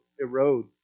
erode